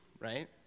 right